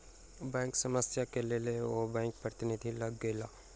bank समस्या के लेल ओ बैंक प्रतिनिधि लग गेला